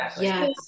Yes